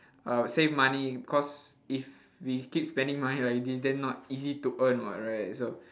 uh save money cause if we keep spending money like this not easy to earn [what] right so